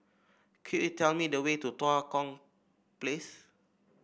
could you tell me the way to Tua Kong Place